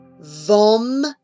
Vom-